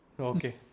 Okay